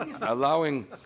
Allowing